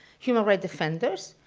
human right defenders,